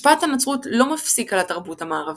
השפעת הנצרות לא מפסיק על התרבות המערבית,